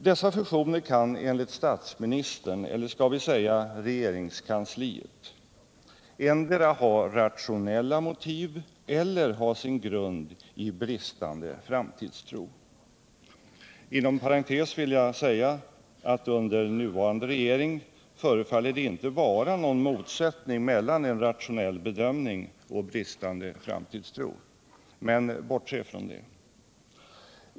Dessa fusioner kan enligt statsministern, eller skall vi säga regeringskansliet, endera ha rationella motiv eller ha sin grund i bristande framtidstro. Inom parentes vill jag säga att under nuvarande regering förefaller det inte vara någon motsättning mellan en rationell bedömning och bristande framtidstro. Men bortse från det.